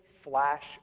flash